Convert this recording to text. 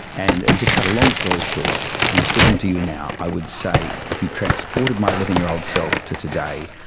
and and to cut a long story short and speaking to you now i would say if you transported my eleven year old self to today,